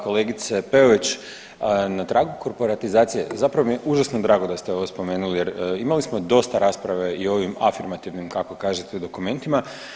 Kolegice Peović na tragu korporatizacije zapravo mi je užasno drago da ste ovo spomenuli jer imali smo dosta rasprave i o ovom afirmativnim kako kažete dokumentima.